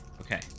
okay